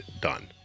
done